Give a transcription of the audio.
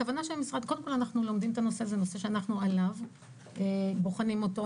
קודם כל, אנחנו לומדים את הנושא, בוחנים אותו.